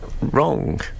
wrong